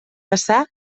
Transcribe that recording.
passà